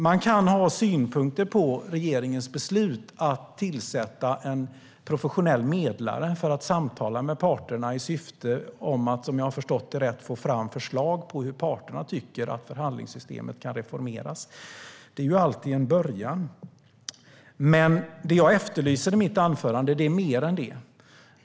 Man kan ha synpunkter på regeringens beslut att tillsätta en professionell medlare för att samtala med parterna i syfte att få fram förslag på hur parterna tycker att förhandlingssystemet kan reformeras. Det är alltid en början. Det jag efterlyser i mitt anförande är mer än det.